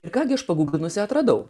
ir ką gi aš paguglinusi atradau